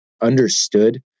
understood